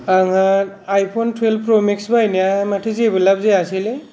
आंहा iPhone twelve pro max बायनाया माथो जेबो लाब जायासैलै